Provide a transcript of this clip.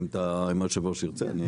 אם היושב ראש ירצה.